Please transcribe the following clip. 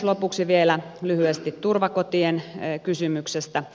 lopuksi vielä lyhyesti turvakotien kysymyksestä